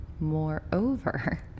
Moreover